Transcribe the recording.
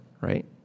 right